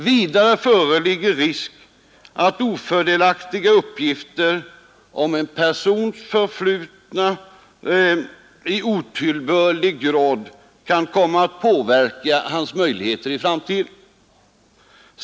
Vidare föreligger risk att ofördelaktiga uppgifter om en persons förflutna i otillbörlig grad kan komma att påverka hans möjligheter i framtiden.